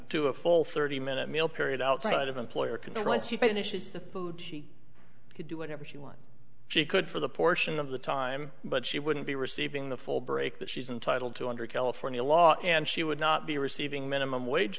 do a full thirty minute meal period outside of employer can the less she finishes the food she could do whatever she wants she could for the portion of the time but she wouldn't be receiving the full break that she's entitled to under california law and she would not be receiving minimum wage